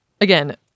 Again